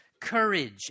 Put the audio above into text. courage